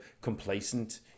complacent